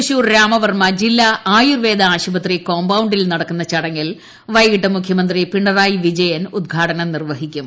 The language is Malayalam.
തൃശൂർ രാമവർമ്മ ജില്ലാ ആയുർവേദ ആശുപത്രി കോമ്പൌണ്ടിൽ നടക്കുന്ന ചടങ്ങിൽ വൈകിട്ട് മുഖ്യമന്ത്രി പിണറായി വിജയൻ ഉദ്ഘാടനം നിർവഹിക്കും